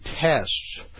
tests